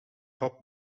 hop